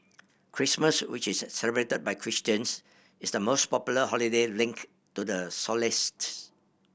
Christmas which is celebrated by Christians is the most popular holiday linked to the solstice